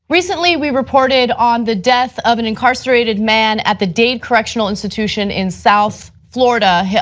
recently we reported on the death of an incarcerated man at the dade correctional institution in south florida.